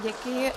Děkuji.